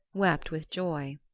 wept with joy.